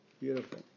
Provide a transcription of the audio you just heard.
beautiful